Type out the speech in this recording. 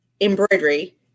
embroidery